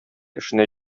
эшенә